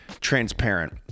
transparent